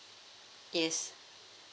yes